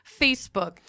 Facebook